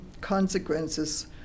consequences